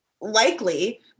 likely